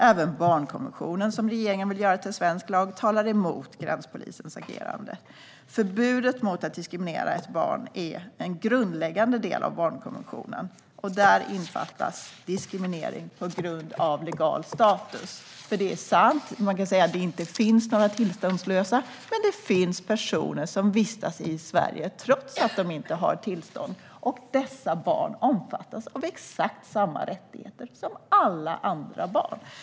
Även barnkonventionen, som regeringen vill göra till svensk lag, talar emot gränspolisens agerande. Förbudet mot att diskriminera ett barn är en grundläggande del av barnkonventionen. Där innefattas diskriminering på grund av legal status. Det är sant att man kan säga att det inte finns några tillståndslösa, men det finns personer som vistas i Sverige trots att de inte har tillstånd, och dessa barn omfattas av exakt samma rättigheter som alla andra barn.